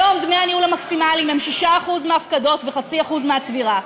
היום דמי הניהול המקסימליים הם 6% מההפקדות ו-0.5% מהצבירה.